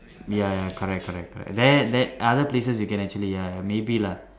ya ya correct correct correct there there other places you can actually ya maybe lah